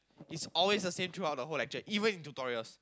is always the same throughout the whole lecture even in tutorials